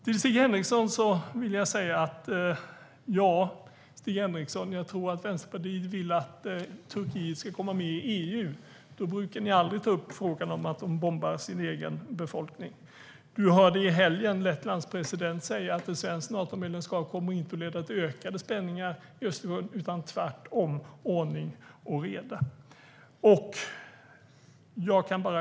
Till Stig Henriksson vill jag säga: Ja, jag tror att Vänsterpartiet vill att Turkiet ska komma med i EU, men de brukar aldrig ta upp att Turkiet bombar sin egen befolkning. Vi hörde i helgen Lettlands president säga att ett svenskt Natomedlemskap inte kommer att leda till ökade spänningar runt Östersjön utan tvärtom till ordning och reda.